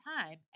time